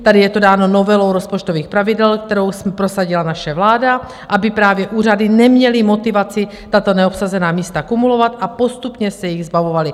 Tady je to dáno novelou rozpočtových pravidel, kterou prosadila naše vláda, aby právě úřady neměly motivaci tato neobsazená místa kumulovat a postupně se jich zbavovaly.